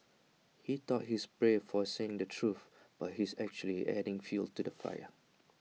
he thought he's brave for saying the truth but he's actually just adding fuel to the fire